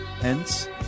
Hence